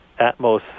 Atmos